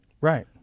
Right